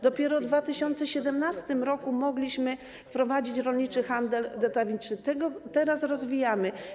Dopiero w 2017 r. mogliśmy wprowadzić rolniczy handel detaliczny, teraz go rozwijamy.